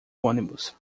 ônibus